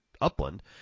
upland